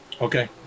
okay